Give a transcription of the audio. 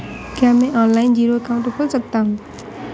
क्या मैं online zero account खोल सकता हूँ?